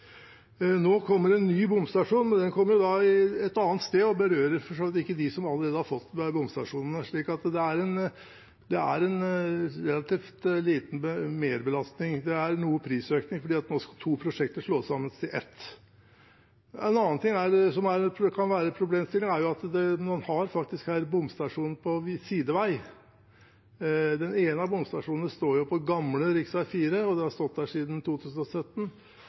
Nå kommer en ny bomstasjon, men den kommer et annet sted og berører for så vidt ikke dem som allerede har fått disse bomstasjonene, slik at det er en relativt liten merbelastning. Det er noe prisøkning, fordi to prosjekter nå skal slås sammen til ett. En annen ting som jeg tror kan være en problemstilling, er at man her faktisk har bomstasjoner på sidevei. Den ene av bomstasjonene står på gamle rv. 4. Den har stått der siden 2017,